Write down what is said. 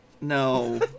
No